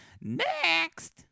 next